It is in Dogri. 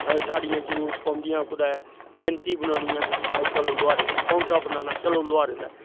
साढ़िया जरूरत पौंदियां कुतै गैंती बनोआनी ऐ चलो लुहारैं दै बाऊंटा बनाना चलो लुहारै दै